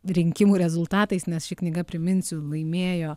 rinkimų rezultatais nes ši knyga priminsiu laimėjo